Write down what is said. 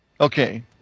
Okay